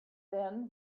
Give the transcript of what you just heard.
then